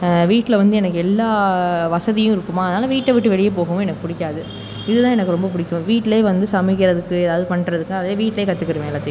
வீட்டில் வந்து எனக்கு எல்லா வசதியும் இருக்குமா அதனால் வீட்டை விட்டு வெளியே போகவும் எனக்கு பிடிக்காது இது தான் எனக்கு ரொம்ப பிடிக்கும் வீட்டிலே வந்து சமைக்கிறதுக்கு ஏதாவது பண்ணுறதுக்கு அதே வீட்டில் கத்துக்கிடுவேன் எல்லாத்தையும்